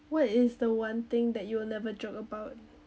what is the one thing that you'll never joke about